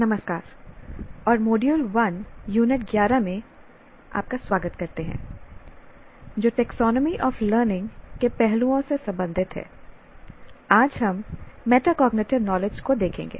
नमस्कार और module 1 unit 11 में स्वागत करते हैं जो टेक्सोनोमी ऑफ लर्निंग के पहलुओं से संबंधित है आज हम मेटाकोग्निटिव नॉलेज को देखेंगे